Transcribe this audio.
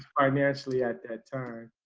financially at that time.